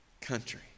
country